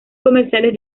comerciales